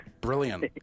Brilliant